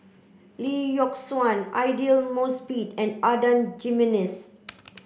Lee Yock Suan Aidli Mosbit and Adan Jimenez